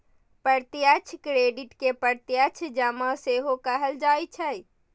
प्रत्यक्ष क्रेडिट कें प्रत्यक्ष जमा सेहो कहल जाइ छै